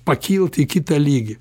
pakilt į kitą lygį